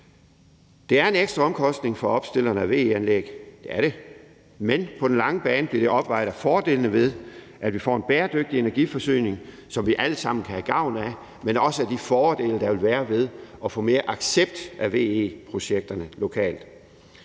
Det er en ekstra omkostning for opstillerne af VE-anlæg – det er det – men på den lange bane bliver det opvejet af fordelene ved, at vi får en bæredygtig energiforsyning, som vi alle sammen kan have gavn af, men også de fordele, der vil være ved at opnå mere accept af VE-projekter lokalt.